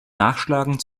nachschlagen